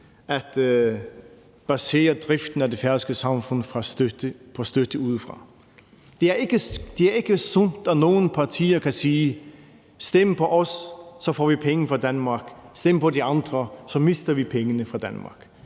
at basere driften af det færøske samfund på støtte udefra. Det er ikke sundt, at nogle partier kan sige: Stem på os, så får vi penge fra Danmark; stem på de andre, så mister vi pengene fra Danmark.